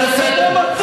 למי אתה משקר?